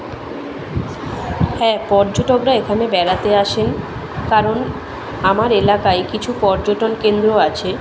হ্যাঁ পর্যটকরা এখানে বেড়াতে আসেন কারণ আমার এলাকায় কিছু পর্যটন কেন্দ্র আছে